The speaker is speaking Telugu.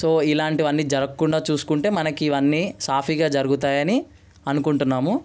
సో ఇలాంటివన్నీ జరగకుండా చూసుకుంటే మనకి ఇవన్నీ సాఫీగా జరుగుతాయని అనుకుంటున్నాము